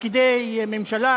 פקידי ממשלה,